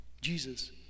Jesus